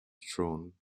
thrown